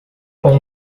com